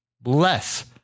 Bless